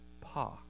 Pa